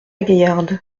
gaillarde